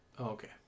okay